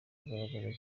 kugaragaza